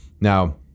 Now